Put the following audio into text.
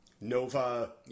nova